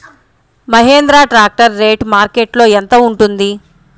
Mahindra tractor rate మార్కెట్లో యెంత ఉంటుంది?